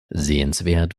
sehenswert